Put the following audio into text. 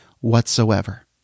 whatsoever